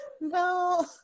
No